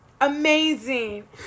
amazing